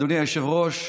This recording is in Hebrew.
אדוני היושב-ראש,